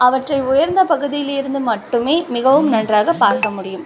அவற்றை உயர்ந்த பகுதியிலிருந்து மட்டுமே மிகவும் நன்றாகப் பார்க்க முடியும்